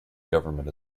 government